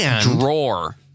drawer